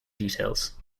details